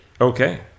Okay